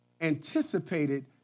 anticipated